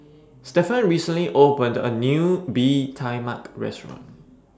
Stefan recently opened A New Bee Tai Mak Restaurant